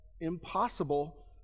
impossible